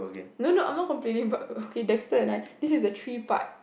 no no I'm not complaining but okay Dexter and I this is a three part